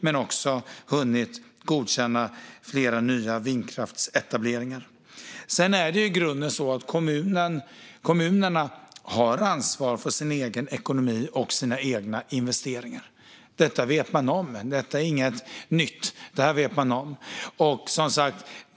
Den har också hunnit godkänna flera nya vindkraftsetableringar. I grunden är det kommunerna som har ett ansvar för sin egen ekonomi och sina egna investeringar. Detta vet man om. Det är inget nytt.